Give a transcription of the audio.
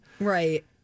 Right